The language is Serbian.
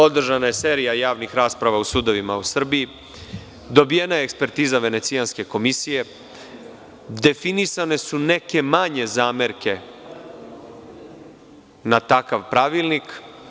Održana je serija javnih rasprava o sudovima u Srbiji, dobijena je ekspertiza Venecijanske komisije, definisane su neke manje zamerke na takav pravilnik.